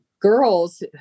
Girls